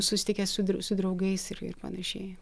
susitikęs su dr su draugais ir ir panašiai